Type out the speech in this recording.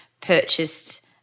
purchased